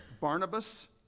Barnabas